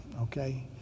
okay